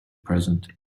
present